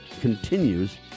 continues